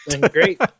Great